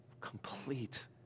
Complete